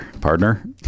partner